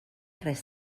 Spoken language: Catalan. res